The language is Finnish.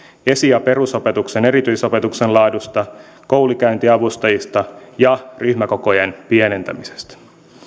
esi ja perusopetuksen erityisopetuksen laadusta koulunkäyntiavustajista ja ryhmäkokojen pienentämisestä